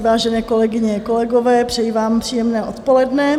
Vážené kolegyně, kolegové, přeji vám příjemné odpoledne.